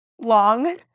long